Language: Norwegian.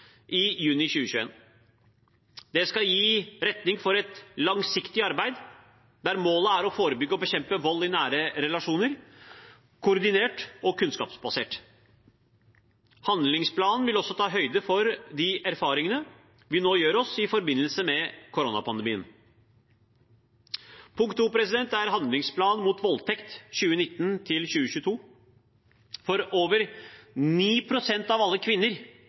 gi retning for et langsiktig arbeid der målet er å forebygge og bekjempe vold i nære relasjoner, koordinert og kunnskapsbasert. Handlingsplanen vil også ta høyde for de erfaringene vi nå gjør oss i forbindelse med koronapandemien. Punkt 2 er handlingsplanen mot voldtekt 2019–2022. Over 9 pst. av alle kvinner